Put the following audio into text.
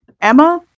Emma